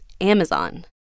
Amazon